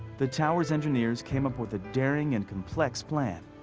the tower's engineers came up with a daring and complex plan,